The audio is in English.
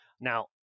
Now